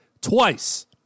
twice